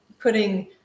putting